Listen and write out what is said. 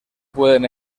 pueden